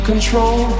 Control